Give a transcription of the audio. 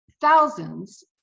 thousands